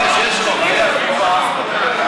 לא,